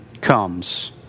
comes